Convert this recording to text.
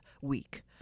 week